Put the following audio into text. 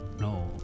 no